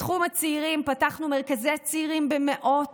בתחום הצעירים, פתחנו מרכזי צעירים במאות,